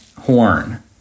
horn